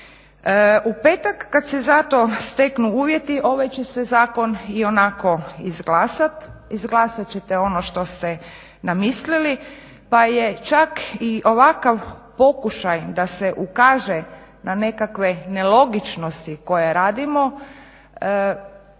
U petak kad se za to steknu uvjeti ovaj će se zakon ionako izglasati, izglasat ćete ono što ste namislili, pa je čak i ovakav pokušaj da se ukaže na nekakve nelogičnosti koje radimo,